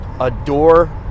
adore